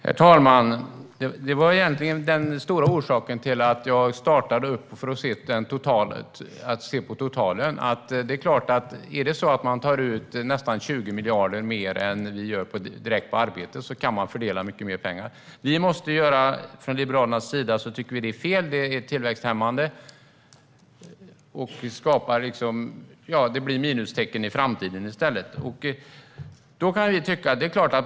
Herr talman! Det var orsaken till att jag startade med att se på totalen. Tar man ut nästan 20 miljarder mer på arbete än vad vi gör kan man såklart fördela mycket mer pengar. Liberalerna tycker att det är fel och tillväxthämmande. Det blir minustecken i framtiden i stället.